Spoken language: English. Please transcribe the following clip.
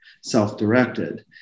self-directed